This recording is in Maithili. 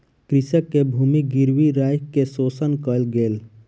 कृषक के भूमि गिरवी राइख के शोषण कयल गेल